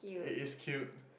it is cute